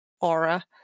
aura